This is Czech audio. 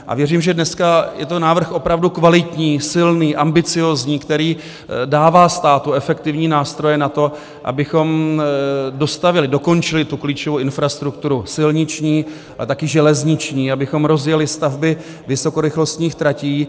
A věřím, že dneska je to návrh opravdu kvalitní, silný, ambiciózní, který dává státu efektivní nástroje na to, abychom dostavěli, dokončili, tu klíčovou infrastrukturu silniční a také železniční, abychom rozjeli stavby vysokorychlostních tratí.